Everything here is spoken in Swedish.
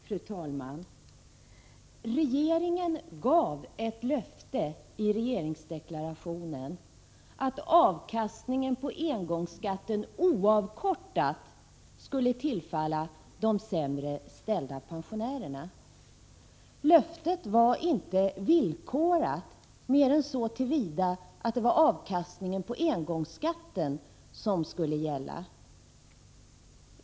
Fru talman! Regeringen gav ett löfte i regeringsdeklarationen om att avkastningen på engångsskatten oavkortat skulle tillfalla de sämre ställda pensionärerna. Löftet var inte villkorat annat än så till vida att det var avkastningen på engångsskatten som skulle gälla.